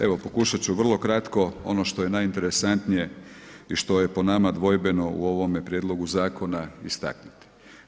Evo, pokušati ću vrlo kratko ono što je najinteresantnije i što je po nama dvojbeno u ovome prijedlogu zakona istaknuti.